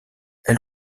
elle